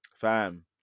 Fam